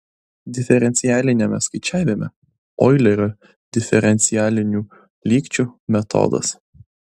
diferencialiniame skaičiavime oilerio diferencialinių lygčių metodas